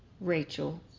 Rachel